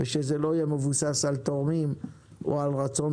ושזה לא יהיה מבוסס על תורמים או על רצון